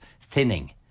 thinning